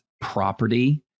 property